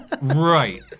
Right